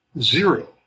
zero